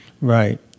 Right